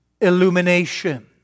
illumination